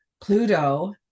Pluto